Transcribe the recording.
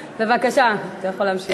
בבקשה, אתה יכול להמשיך.